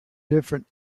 different